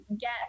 get